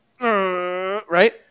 right